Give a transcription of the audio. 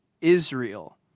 Israel